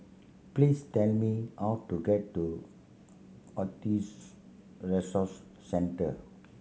please tell me how to get to Autism Resource Centre